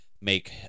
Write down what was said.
make